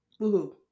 Woohoo